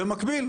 במקביל,